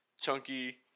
chunky